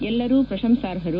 ಎಲ್ಲರೂ ಪ್ರಶಂಸಾರ್ಹರು